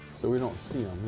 so we don't see